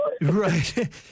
Right